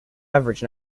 average